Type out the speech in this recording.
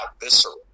visceral